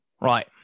Right